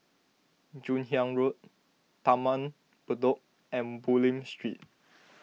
Joon Hiang Road Taman Bedok and Bulim Street